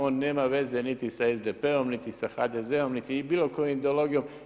On nema veze niti sa SDP-om niti sa HDZ-om, niti bilo kojom ideologijom.